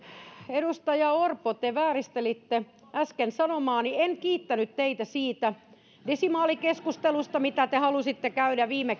edustaja orpo te vääristelitte äsken sanomaani en kiittänyt teitä siitä desimaalikeskustelusta mitä te halusitte käydä viime